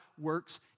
works